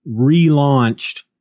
relaunched